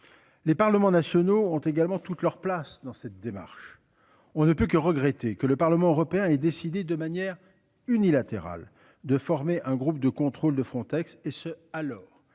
Les parlements nationaux ont également toute leur place dans cette démarche. On ne peut que regretter que le Parlement européen et décidé de manière unilatérale de former un groupe de contrôle de Frontex et ce alors